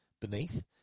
beneath